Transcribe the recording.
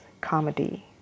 comedy